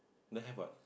don't have what